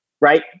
right